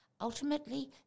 Ultimately